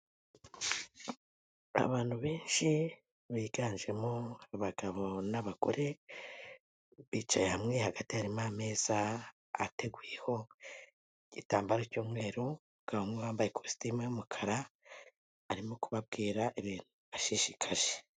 Abantu benshi biganjemo abagabo n'abagore bicaye hamwe, hagati harimo ameza ateguyeho igitambaro cy'umweru, umugabo umwe wambaye ikositimu y'umukara arimo kubabwira ibintu bibashishikaje.